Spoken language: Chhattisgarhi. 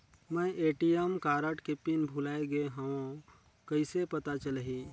मैं ए.टी.एम कारड के पिन भुलाए गे हववं कइसे पता चलही?